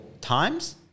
times